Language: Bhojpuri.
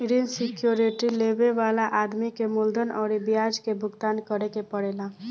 ऋण सिक्योरिटी लेबे वाला आदमी के मूलधन अउरी ब्याज के भुगतान करे के पड़ेला